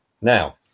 Now